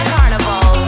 Carnival